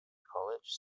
college